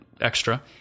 extra